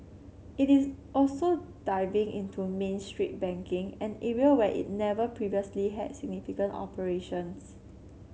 it is also diving into Main Street banking an area where it never previously had significant operations